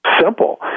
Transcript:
simple